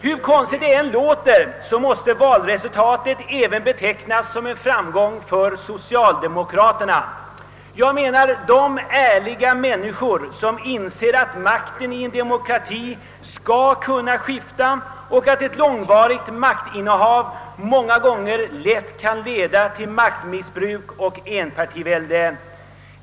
Hur konstigt det än låter måste valresultatet även betecknas som en framgång för socialdemokraterna — jag menar de ärliga människor som inser att makten i en demokrati skall kunna skifta och att ett långvarigt maktinnehav många gånger lätt kan leda till maktmissbruk och enpartivälde.